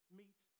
meet